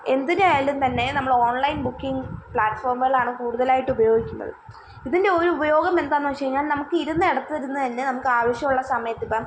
എന്തരയാലും തന്നെ നമ്മൾ online booking പ്ലാറ്റ്ഫോമുകളാണ് കൂടുതലായിട്ട് ഉപയോഗിക്കുന്നത് ഇതിൻ്റെ ഒരു ഉപയോഗം എന്താണെന്ന് വെച്ച് കഴിഞ്ഞാൽ നമുക്ക് ഇരുന്ന ഇടത്ത് ഇരുന്ന് തന്നെ നമുക്കാവശ്യമുള്ള സമയത്തിപ്പം